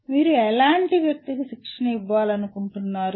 మీరు ఎలాంటి వ్యక్తికి శిక్షణ ఇవ్వాలనుకుంటున్నారు